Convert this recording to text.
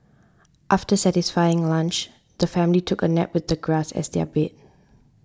after satisfying lunch the family took a nap with the grass as their bed